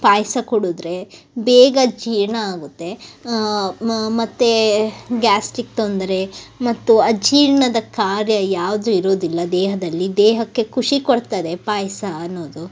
ಪಾಯಸ ಕುಡಿದ್ರೆ ಬೇಗ ಜೀರ್ಣ ಆಗುತ್ತೆ ಮತ್ತೆ ಗ್ಯಾಸ್ಟ್ರಿಕ್ ತೊಂದರೆ ಮತ್ತು ಅಜೀರ್ಣದ ಕಾರ್ಯ ಯಾವುದೂ ಇರೋದಿಲ್ಲ ದೇಹದಲ್ಲಿ ದೇಹಕ್ಕೆ ಖುಷಿ ಕೊಡ್ತದೆ ಪಾಯಸ ಅನ್ನೋದು